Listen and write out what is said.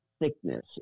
thickness